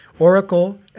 Oracle